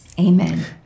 Amen